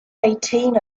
eighteen